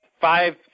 five